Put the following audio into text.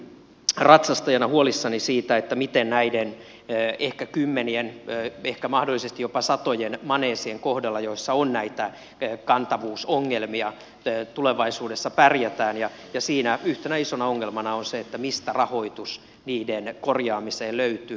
olen itsekin ratsastajana huolissani siitä miten näiden ehkä kymmenien ehkä mahdollisesti jopa satojen maneesien kohdalla joissa on näitä kantavuusongelmia tulevaisuudessa pärjätään ja siinä yhtenä isona ongelmana on se mistä rahoitus niiden korjaamiseen löytyy